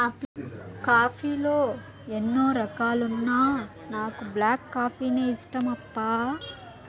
coffee లో ఎన్నో రకాలున్నా నాకు బ్లాక్ కాఫీనే ఇష్టమప్పా